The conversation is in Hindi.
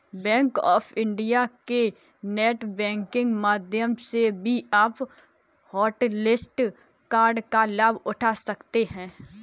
बैंक ऑफ इंडिया के नेट बैंकिंग माध्यम से भी आप हॉटलिस्ट कार्ड का लाभ उठा सकते हैं